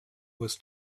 was